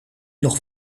nog